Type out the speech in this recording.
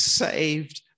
saved